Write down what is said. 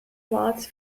lots